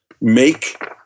make